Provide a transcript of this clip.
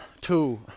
two